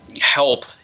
help